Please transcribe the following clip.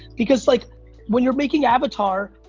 because, like when you're making avatar,